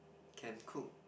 can cook